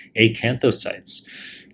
acanthocytes